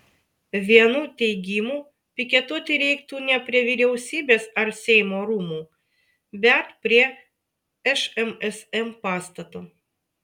vienų teigimu piketuoti reiktų ne prie vyriausybės ar seimo rūmų bet prie šmsm pastato